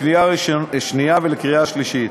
לקריאה שנייה ולקריאה שלישית.